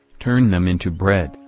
turn them into bread,